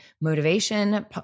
motivation